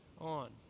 on